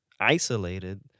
isolated